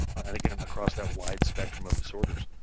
and again, um across that wide spectrum of disorders.